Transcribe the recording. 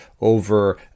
over